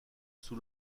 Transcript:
sous